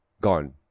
gone